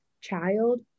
child